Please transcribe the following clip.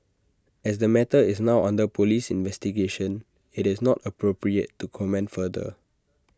as the matter is now under Police investigation IT is not appropriate to comment further